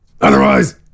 Otherwise